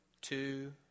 two